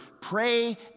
Pray